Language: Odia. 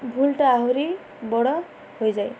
ଭୁଲ୍ଟା ଆହୁରି ବଡ଼ ହୋଇଯାଏ